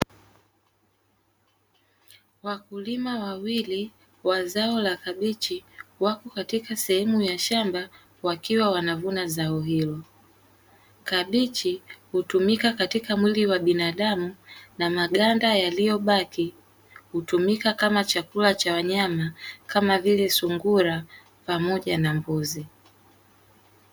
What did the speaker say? Wakulima wawili wa zao la kabichi wako katika sehemu ya shamba wakiwa wanavuna zao hilo. kabichi hutumika katika mwili wa binadamu na maganda yaliyobaki hutumika kama chakula cha wanyama kama vile sungura pamoja mbuzi.